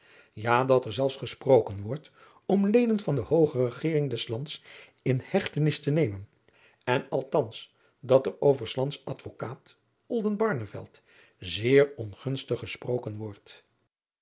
ja dat er zelfs gesproken wordt om leden van de hooge regering des lands in hechtenis te nemen en althans dat er over s lands advocaat oldenbarneveld zeer ongunstig gesproken wordt